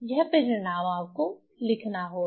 यह परिणाम आपको लिखना होगा